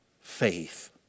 faith